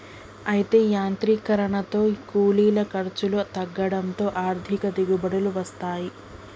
అయితే యాంత్రీకరనతో కూలీల ఖర్చులు తగ్గడంతో అధిక దిగుబడులు వస్తాయి